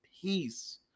peace